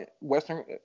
Western